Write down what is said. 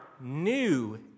new